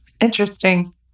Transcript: Interesting